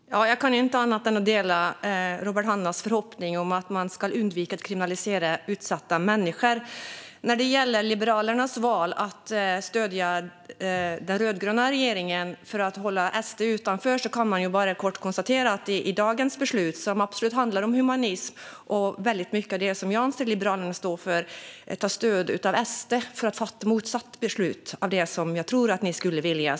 Fru talman! Jag kan inte annat än dela Robert Hannahs förhoppning om att man ska undvika att kriminalisera utsatta människor. När det gäller Liberalernas val att stödja den rödgröna regeringen för att hålla SD utanför kan jag bara kort konstatera att man i och med dagens beslut, som absolut handlar om humanism och väldigt mycket av det som jag anser Liberalerna stå för, tar stöd av SD för att fatta motsatt beslut mot det som jag tror att ni skulle vilja.